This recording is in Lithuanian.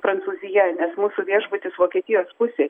prancūzija nes mūsų viešbutis vokietijos pusėj